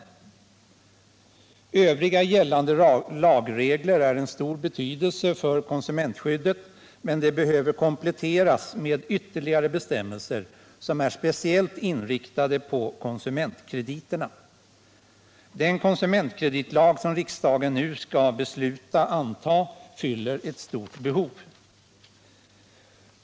Onsdagen den Övriga gällande lagregler är av stor betydelse för konsumentskyddet, 23 november 1977 Men de behöver kompletteras med ytterligare bestämmelser som är spe ciellt inriktade på konsumentkrediterna. lag m.m. stort behov.